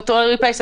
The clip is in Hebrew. ד"ר אלרעי פרייס,